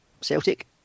Celtic